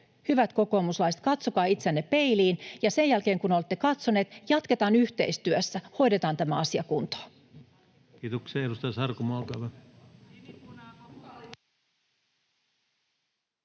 Hyvät kokoomuslaiset, katsokaa itseänne peiliin, ja sen jälkeen kun olette katsoneet, jatketaan yhteistyössä, hoidetaan tämä asia kuntoon.